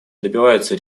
добиваются